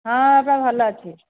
ହଁ ବାପା ଭଲ ଅଛି